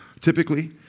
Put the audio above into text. typically